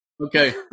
Okay